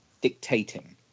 dictating